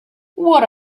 what